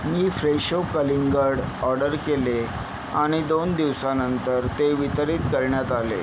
मी Fresho कलिंगड order केले आणि दोन दिवसानंतर ते वितरित करण्यात आले